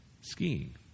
Skiing